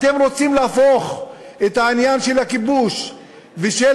אתם רוצים להפוך את העניין של הכיבוש ושל